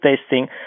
testing